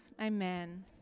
amen